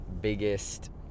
biggest